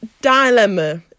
dilemma